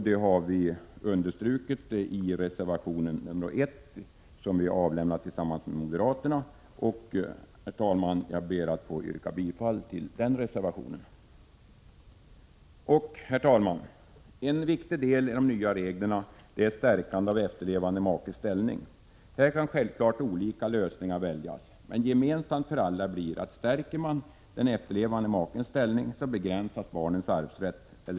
Det har vi understrukit i reservation nr 1, som vi avlämnat tillsammans med moderaterna, och jag ber, herr talman, att få yrka bifall till den reservationen. Herr talman! En viktig del i de nya reglerna är stärkandet av efterlevande makes ställning. Här kan självfallet olika lösningar väljas, men gemensamt för alla blir att stärker man den efterlevande makens ställning begränsas barnens arvsrätt.